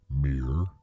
mirror